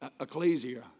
Ecclesia